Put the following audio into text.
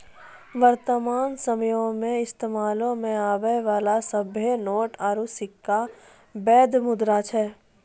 वर्तमान समयो मे इस्तेमालो मे आबै बाला सभ्भे नोट आरू सिक्का बैध मुद्रा छै